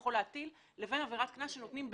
יכול להטיל לבין עבירת קנס שנותנים בדוח.